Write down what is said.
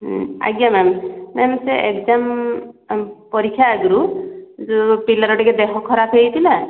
ହୁଁ ଆଜ୍ଞା ma'am ma'am ସେ ଏକଜାମ୍ ପରୀକ୍ଷା ଆଗରୁ ଯୋଉ ପିଲାର ଟିକିଏ ଦେହ ଖରାପ ହୋଇଥିଲା